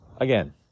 Again